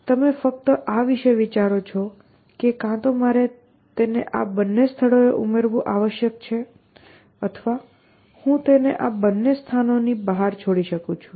તમે ફક્ત આ વિશે વિચારો છો કે કાં તો મારે તેને આ બંને સ્થળોએ ઉમેરવું આવશ્યક છે અથવા હું તેને આ બંને સ્થાનોની બહાર છોડી શકું છું